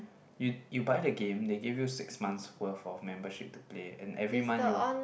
you you buy the game they give you six months worth of membership to play and every month you